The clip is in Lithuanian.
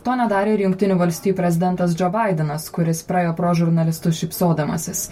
to nedarė ir jungtinių valstijų prezidentas džo baidenas kuris praėjo pro žurnalistus šypsodamasis